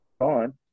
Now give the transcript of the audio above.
on